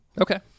Okay